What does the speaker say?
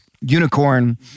unicorn